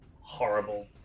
horrible